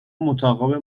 مطابق